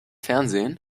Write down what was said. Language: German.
fernsehen